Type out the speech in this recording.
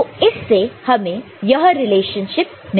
तो इससे हमें यह रिलेशनशिप मिलता है